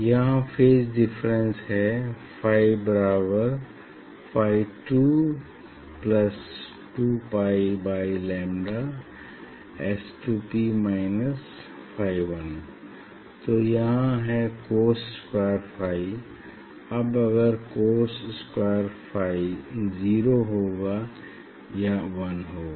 यहाँ phase difference है phi बराबर phi 2 plus 2 pi by lambda S 2 P minus phi 1 तो यहाँ है cos स्क्वायर फाई अब अगर cos स्क्वायर फाई जीरो होगा या वन होगा